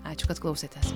ačiū kad klausėtės